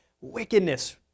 wickedness